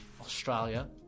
Australia